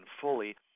fully